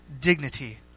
dignity